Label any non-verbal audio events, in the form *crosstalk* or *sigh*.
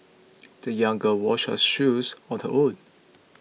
*noise* the young girl washed her shoes on her own